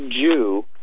Jew